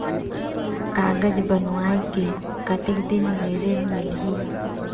कागज बनवाय के कतेक दिन मे ऋण मिलही?